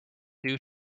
due